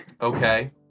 Okay